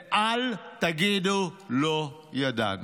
ואל תגידו לא ידענו.